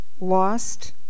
lost